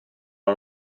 una